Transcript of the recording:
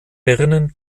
birnen